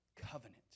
covenant